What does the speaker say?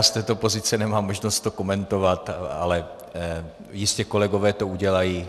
Z této pozice nemám možnost to komentovat, ale jistě kolegové to udělají.